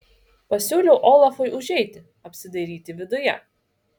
pasiūliau olafui užeiti apsidairyti viduje